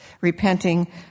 repenting